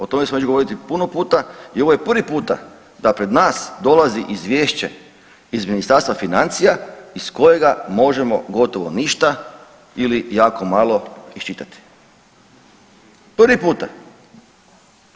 O tome smo već govorili puno puta i ovo je prvi puta da pred nas dolazi izvješće iz Ministarstva financija iz kojega možemo gotovo ništa ili jako malo iščitati, prvi puta.